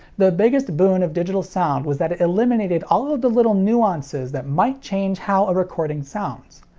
the biggest boon of digital sound was that it eliminated all of the little nuances that might change how a recording sounds.